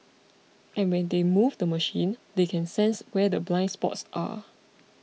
and when they move the machine they can sense where the blind spots are